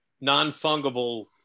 non-fungible